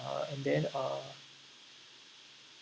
uh and then uh